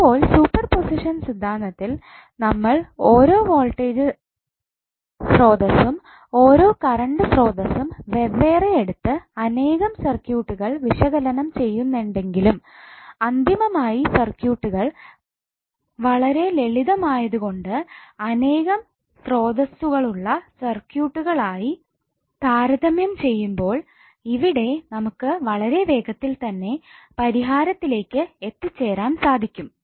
അപ്പോൾ superposition സിദ്ധാന്തത്തിൽ നമ്മൾ ഓരോ വോൾട്ടേജ് സ്രോതസ്സും ഓരോ കറണ്ട് സ്രോതസ്സും വെവ്വേറെ എടുത്തു അനേകം സർക്യൂട്ടുകൾ വിശകലനം ചെയ്യുന്നുണ്ടെങ്കിലും അന്തിമമായി സർക്യൂട്ടുകൾ വളരെ ലളിതമായതുകൊണ്ട് അനേകം സ്രോതസ്സുകൾ ഉള്ള സർക്യൂട്ടുകൾ ആയി താരതമ്യം ചെയ്യുമ്പോൾ ഇവിടെ നമുക്ക് വളരെ വേഗത്തിൽ തന്നെ പരിഹാരത്തിലേക്ക് എത്തിച്ചേരാൻ സാധിക്കും